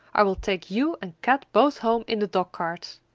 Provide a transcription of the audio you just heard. i will take you and kat both home in the dog cart.